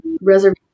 reservation